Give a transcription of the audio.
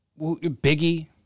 Biggie